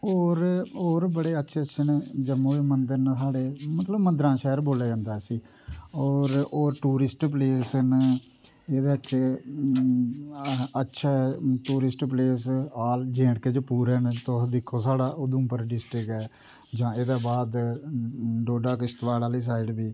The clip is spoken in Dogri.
और और बडे़ अच्छे जम्मू च मंदर ना साढ़े मतलब मदंरा दा शैहर आखेआ जंदा इसी और टूरिस्ट पलेस ना एहदे च अच्छा ऐ टूरिस्ट पलेस आल जे एडं के च पूरे ना एह् दिक्खो साढ़े उधमपुर डिस्ट्रिक्ट ऐ जां एहदे बाद डोडा किश्तबाड़ आहली साइड बी